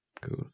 Cool